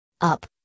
up